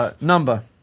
Number